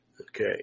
Okay